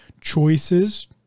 choices